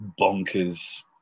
bonkers